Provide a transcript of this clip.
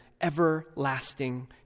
everlasting